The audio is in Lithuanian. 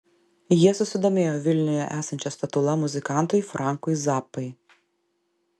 jie susidomėjo vilniuje esančia statula muzikantui frankui zappai